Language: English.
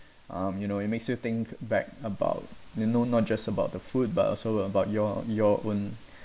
um you know it makes you think back about they know not just about the food but also about your your own